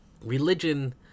religion